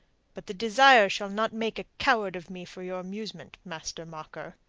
but the desire shall not make a coward of me for your amusement, master mocker.